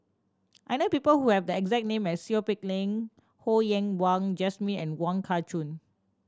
I know people who have the exact name as Seow Peck Leng Ho Yen Wah Jesmine and Wong Kah Chun